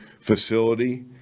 facility